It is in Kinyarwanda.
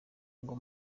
ngo